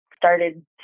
started